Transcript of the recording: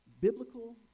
biblical